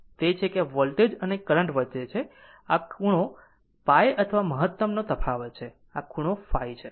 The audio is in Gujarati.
આ તે છે જે આ વોલ્ટેજ અને કરંટ વચ્ચે છે આ એ ખૂણો π અથવા મહતમ નો તફાવત છે આ ખૂણો તફાવત ϕ છે